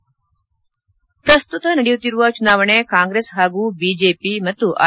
ಶ್ರಸ್ತುತ ನಡೆಯುತ್ತಿರುವ ಚುನಾವಣೆ ಕಾಂಗ್ರೆಸ್ ಹಾಗೂ ಬಿಜೆಪಿ ಮತ್ತು ಆರ್